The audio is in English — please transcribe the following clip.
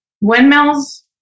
Windmills